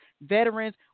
veterans